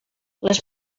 les